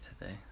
today